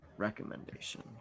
recommendation